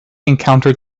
encountered